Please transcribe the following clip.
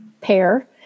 pair